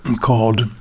called